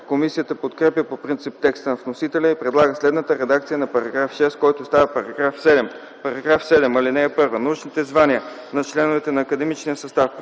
Комисията подкрепя по принцип текста на вносителя и предлага следната редакция на § 6, който става § 7: „§ 7. (1) Научните звания на членовете на академичния състав,